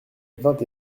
vingt